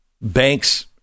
banks